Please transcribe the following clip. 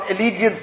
allegiance